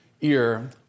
ear